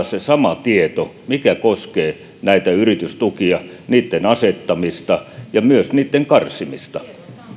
se sama tieto mikä koskee näitä yritystukia niitten asettamista ja myös niitten karsimista